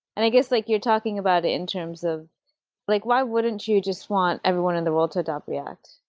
i guess like you're talking about it in terms of like why wouldn't you just want everyone in the world to adopt react?